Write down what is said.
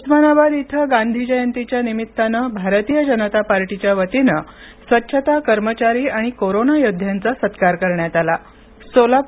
उस्मानाबाद इथेगांधी जयंतिच्या निमित्तानं भारतीय जनता पार्टीच्या वतीनं स्वच्छता कर्मचारी आणि कोरोना योद्ध्यांचा सत्कार करण्यात आला